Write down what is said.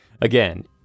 Again